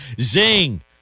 Zing